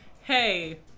hey